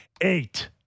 Eight